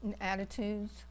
attitudes